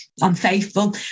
unfaithful